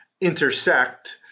intersect